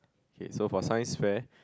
okay so for science fair